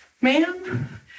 Ma'am